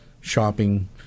shopping